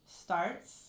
starts